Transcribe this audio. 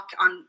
on